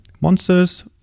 monsters